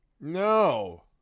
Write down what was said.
No